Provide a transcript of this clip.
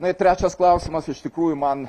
tai trečias klausimas iš tikrųjų man